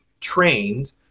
trained